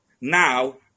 now